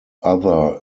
other